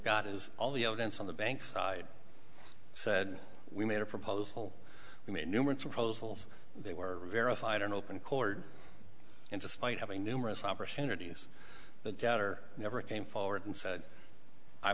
got is all the evidence on the bank side said we made a proposal we made numerous a proposal they were verified in open chord and despite having numerous opportunities the debtor never came forward and said i